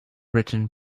written